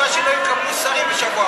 מה יקרה עם השלושה שלא יקבלו שרים בשבוע הבא,